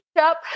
up